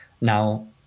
now